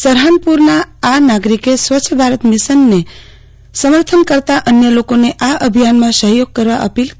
સહરાનપુરના આ નાગરિકે સ્વચ્છ ભારત મિશનને સમર્થન કરતાં અન્ય લોકોને આ અભિયાનમાં સહયોગ કરવા અપીલ કરી છે